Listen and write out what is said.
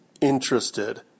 interested